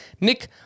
Nick